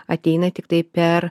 ateina tiktai per